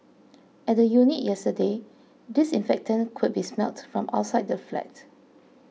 at the unit yesterday disinfectant could be smelt from outside the flat